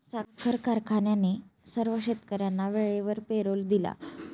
साखर कारखान्याने सर्व शेतकर्यांना वेळेवर पेरोल दिला